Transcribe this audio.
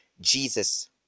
Jesus